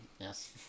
Yes